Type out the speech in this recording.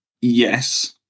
Yes